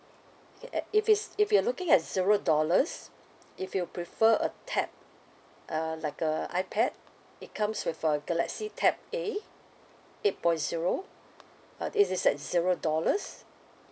okay if it's if you're looking at zero dollars if you prefer a tab uh like a ipad it comes with a galaxy tab A eight point zero uh it is at zero dollars